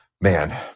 man